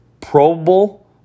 probable